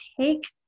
take